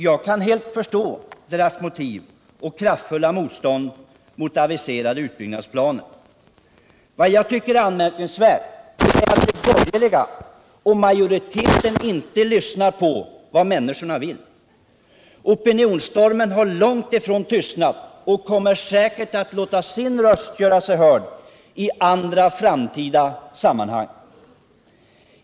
Jag kan helt förstå människornas motiv och kraftfulla motstånd mot aviserade utbyggnadsplanet. Vad jag tycker är anmärkningsvärt är att de borgerliga och majoriteten inte lyssnar på vad människorna vill. Opinionsstormen har långtifrån tystnat och kommer säkert att göra sig hörd i andra framtida sammanhang.